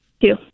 Two